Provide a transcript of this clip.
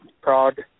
prague